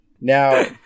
Now